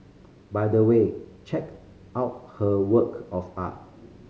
by the way check out her work of art